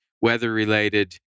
weather-related